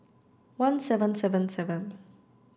one seven seven seven